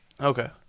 okay